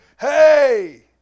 Hey